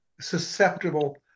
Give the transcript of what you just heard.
susceptible